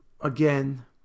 Again